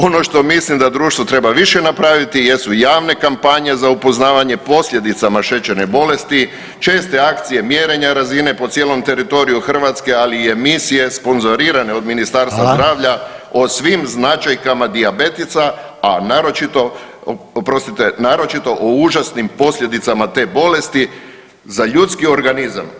Ono što mislim da društvo treba više napraviti jesu javne kampanje za upoznavanje posljedicama šećerne bolesti, česte akcije mjerenja razine po cijelom teritoriju Hrvatske, ali i emisije sponzorirane od Ministarstva zdravlja [[Upadica: Hvala.]] o svim značajkama dijabetesa, a naročito, oprostite o užasnim posljedicama te bolesti za ljudski organizam.